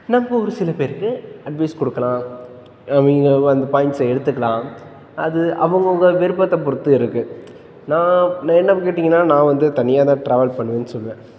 நம்ம ஒரு சில பேருக்கு அட்வைஸ் கொடுக்கலாம் அவங்க அந்த பாய்ண்ட்ஸை எடுத்துக்கலாம் அது அவுங்கவங்க விருப்பத்தைப் பொறுத்து இருக்குது நான் நான் என்ன பண்ணுவேன்னு கேட்டீங்கன்னால் நான் வந்து தனியாக தான் ட்ராவல் பண்ணுவேன்னு சொல்லுவேன்